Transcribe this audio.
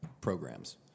programs